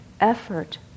effort